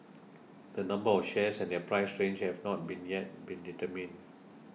the number of shares and their price range have not been yet been determined